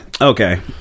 Okay